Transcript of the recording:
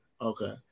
okay